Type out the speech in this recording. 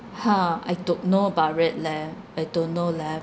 !huh! I don't know about it leh I don't know leh